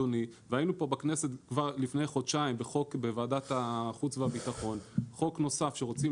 והיינו בכנסת כבר לפני חודשיים בוועדת החוץ והביטחון עם חוק נוסף שרוצים